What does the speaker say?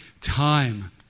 time